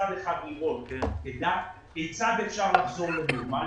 מצד אחד לראות כיצד אפשר לחזור לנורמליות,